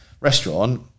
restaurant